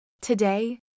Today